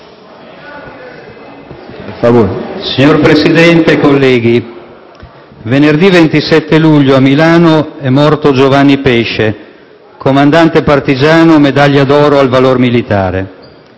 Signor Presidente, onorevoli colleghi, venerdì 27 luglio a Milano è morto Giovanni Pesce, comandante partigiano, medaglia d'oro al Valor militare.